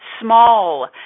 small